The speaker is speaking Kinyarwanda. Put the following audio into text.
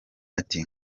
ati